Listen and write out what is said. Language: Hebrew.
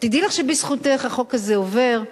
תדעי לך שבזכותך החוק הזה עובר.